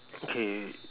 okay